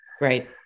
right